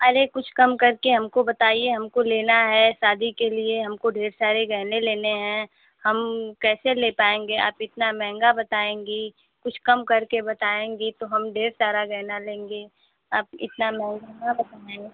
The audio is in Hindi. अरे कुछ कम कर के हमको बताइये हमको लेना है शादी के लिये हम को ढेर सरे गहने लेने हैं हम कैसे ले पायेंगे अभी इतना महंगा बतायेंगी कुछ कम करके बतायेंगी तो हम ढेर सारा गहना लेंगे आप इतना